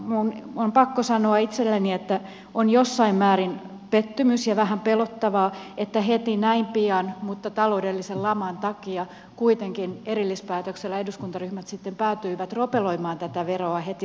minun on pakko sanoa itselleni että on jossain määrin pettymys ja vähän pelottavaa että heti näin pian mutta taloudellisen laman takia kuitenkin erillispäätöksellä eduskuntaryhmät sitten päätyivät ropeloimaan tätä veroa heti saman tien